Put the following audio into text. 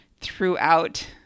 throughout